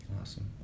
Awesome